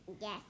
Yes